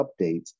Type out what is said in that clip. updates